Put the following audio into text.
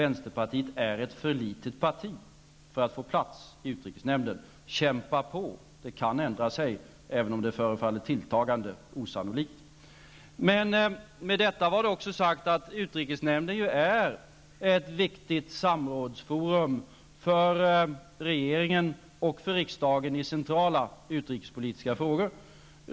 Vänsterpartiet är ett för litet parti för att få plats i utrikesnämnden. Kämpa på -- det kan ändra sig, även om det förefaller tilltagande osannolikt. Men med detta har jag också sagt att utrikesnämnden är ett viktigt samrådsforum för regeringen och för riksdagen i centrala utrikespolitiska frågor.